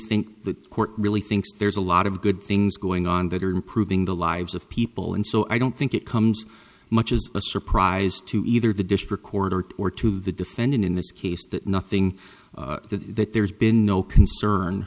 think the court really thinks there's a lot of good things going on that are improving the lives of people and so i don't think it comes much as a surprise to either the district court or to the defendant in this case that nothing that there's been no concern